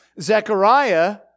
Zechariah